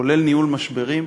כולל ניהול משברים,